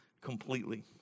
completely